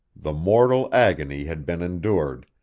the mortal agony had been endured,